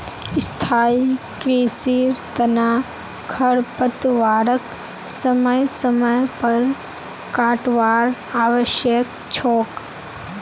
स्थाई कृषिर तना खरपतवारक समय समय पर काटवार आवश्यक छोक